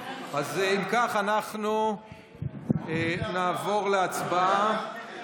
אז אם כך, אנחנו נעבור להצבעה.